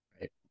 right